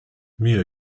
muir